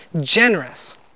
generous